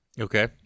okay